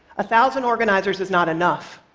a thousand organizers is not enough.